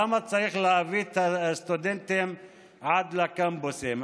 למה צריך להביא את הסטודנטים עד הקמפוסים?